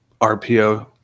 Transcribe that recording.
RPO